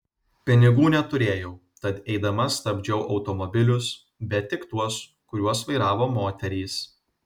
pinigų neturėjau tad eidama stabdžiau automobilius bet tik tuos kuriuos vairavo moterys